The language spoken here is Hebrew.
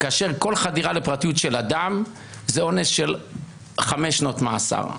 כאשר כל חדירה לפרטיות של אדם זה עונש של חמש שנות מאסר.